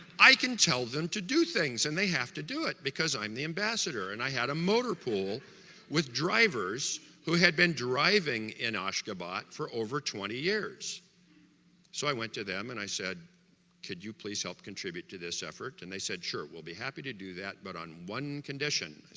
i can tell them to do things and they have to it because i'm the ambassador and i had a motor pool with drivers who had been driving in ashgabat for over twenty years so i went to them and i said could you please help contribute to this effort and they said sure, we'll be happy to do that but on one condition